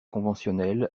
conventionnel